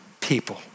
people